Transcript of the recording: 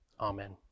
Amen